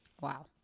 Wow